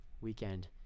weekend